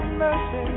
mercy